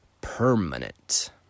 permanent